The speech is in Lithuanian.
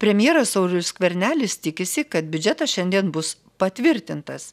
premjeras saulius skvernelis tikisi kad biudžetas šiandien bus patvirtintas